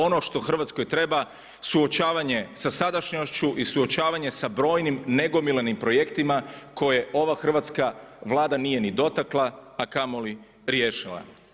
Ono što Hrvatskoj treba suočavanje sa sadašnjošću i suočavanje sa brojnim nagomilanim projektima koje ova hrvatska Vlada nije ni dotakla a kamoli riješila.